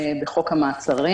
שגם המשטרה,